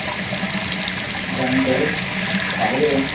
drawing करो सारे करो